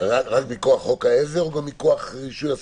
רק מכוח חוק העזר או גם מכוח רישוי עסקים?